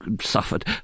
suffered